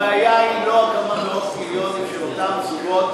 הבעיה היא לא כמה מאות המיליונים של אותם זוגות